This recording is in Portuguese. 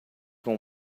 com